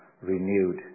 renewed